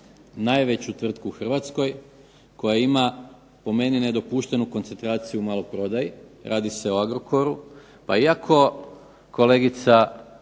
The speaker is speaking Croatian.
najveću tvrtku u Hrvatskoj koja ima po meni nedopuštenu koncentraciju u maloprodaji radi se o Agrokoru pa iako kolegica